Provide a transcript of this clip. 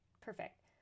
Perfect